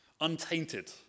untainted